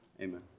amen